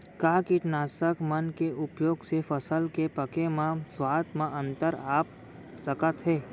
का कीटनाशक मन के उपयोग से फसल के पके म स्वाद म अंतर आप सकत हे?